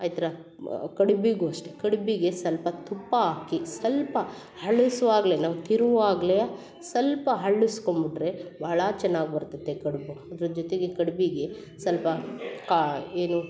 ಐತ್ರಾ ಕಡ್ಬಿಗೂ ಅಷ್ಟೆ ಕಡ್ಬಿಗೆ ಸ್ವಲ್ಪ ತುಪ್ಪ ಹಾಕಿ ಸ್ವಲ್ಪ ಹಳಸುವಾಗಲೆ ನಾವು ತಿರುವುವಾಗಲೆ ಸ್ವಲ್ಪ ಹಳ್ಳಸ್ಕೊಂಬಿಟ್ರೆ ಭಾಳ ಚೆನ್ನಾಗಿ ಬರ್ತತೆ ಕಡ್ಬು ಅದ್ರ ಜೊತೆಗೆ ಕಡ್ಬಿಗೆ ಸ್ವಲ್ಪ ಕಾ ಏನು